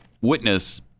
witness